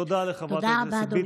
תודה רבה, אדוני.